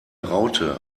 raute